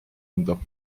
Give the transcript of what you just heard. anda